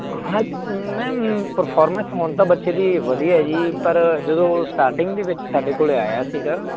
ਹਾਂਜੀ ma'am performance ਹੁਣ ਤਾਂ ਬੱਚੇ ਦੀ ਵਧੀਆ ਜੀ ਪਰ ਜਦੋਂ ਸਟਾਰਟਿੰਗ ਦੇ ਵਿੱਚ ਸਾਡੇ ਕੋਲ ਆਇਆ ਸੀਗਾ